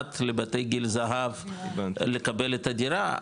מועמד לבתי גיל הזהב לקבל את הדירה,